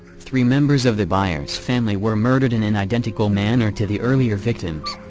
three members of the byers family were murdered in an identical manner to the earlier victims.